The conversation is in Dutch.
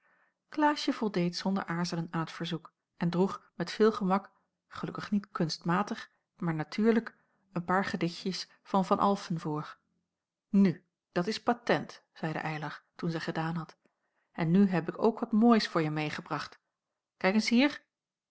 klaasje voldeed zonder aarzelen aan t verzoek en droeg met veel gemak gelukkig niet kunstmatig maar natuurlijk een paar gedichtjes van van alphen voor nu dat is patent zeide eylar toen zij gedaan had en nu heb ik ook wat moois voor je meêgebracht kijk eens hier